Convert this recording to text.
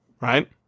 Right